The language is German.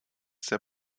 sehr